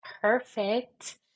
Perfect